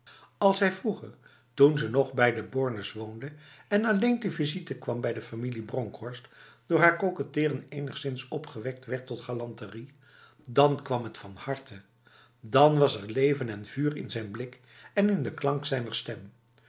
als hij vroeger toen ze nog bij de bornes woonde en alleen te visite kwam bij de familie bronkhorst door haar koketteren enigszins opgewekt werd tot galanterie dan kwam het van harte dan was er leven en vuur in zijn blik en in de klank zijner stem